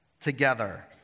together